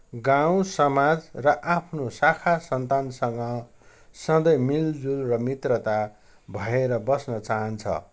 गाउँ समाज र आफ्नो साखा सन्तानसँग सधैँ मेलजोल र मित्रता भएर बस्न चाहन्छ